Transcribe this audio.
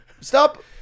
Stop